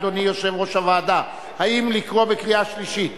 אדוני יושב-ראש הוועדה, האם לקרוא בקריאה שלישית?